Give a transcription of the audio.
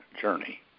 journey